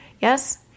Yes